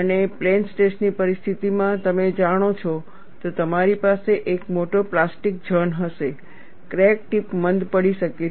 અને પ્લેન સ્ટ્રેસની પરિસ્થિતિમાં તમે જાણો છો તો તમારી પાસે એક મોટો પ્લાસ્ટિક ઝોન હશે ક્રેક ટીપ મંદ પડી શકે છે